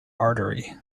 artery